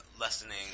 lessening